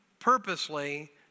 purposely